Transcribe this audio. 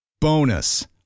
Bonus